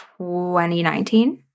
2019